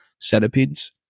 centipedes